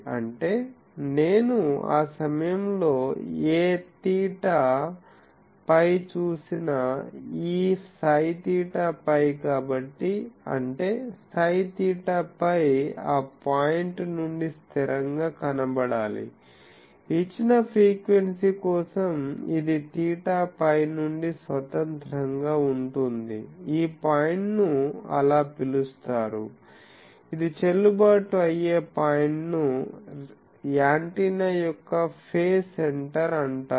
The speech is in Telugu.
అంటే నేను ఆ సమయంలో ఏ తీటాπ చూసినా ఈ Ψ తీటా π కాబట్టి అంటే Ψ తీటాπ ఆ పాయింట్ నుండి స్థిరంగా కనబడాలి ఇచ్చిన ఫ్రీక్వెన్సీ కోసం ఇది తీటా π నుండి స్వతంత్రంగా ఉంటుంది ఈ పాయింట్ను అలా పిలుస్తారు ఇది చెల్లుబాటు అయ్యే పాయింట్ను యాంటెన్నా యొక్క ఫేజ్ సెంటర్ అంటారు